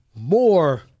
more